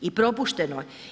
I propušteno.